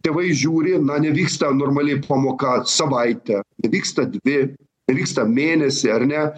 tėvai žiūri na nevyksta normaliai pamoka savaitę nevyksta dvi nevyksta mėnesį ar ne